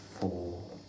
four